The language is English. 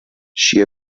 she